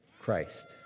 Christ